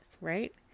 right